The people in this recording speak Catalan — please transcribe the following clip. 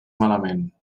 malament